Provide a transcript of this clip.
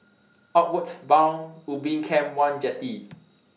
Outward Bound Ubin Camp one Jetty